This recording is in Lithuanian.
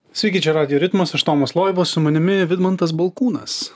sveiki čia radijo ritmas aš tomas loiba su manimi vidmantas balkūnas